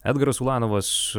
edgaras ulanovas